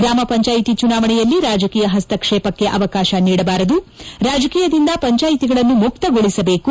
ಗ್ರಾಮ ಪಂಚಾಯತಿ ಚುನಾವಣೆಯಲ್ಲಿ ರಾಜಕೀಯ ಹಸ್ತಕ್ಷೇಪಕ್ಕೆ ಅವಕಾಶ ನೀಡಬಾರದು ರಾಜಕೀಯದಿಂದ ಪಂಚಾಯತಿಗಳನ್ನು ಮುಕ್ಕಗೊಳಿಸಬೇಕು